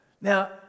Now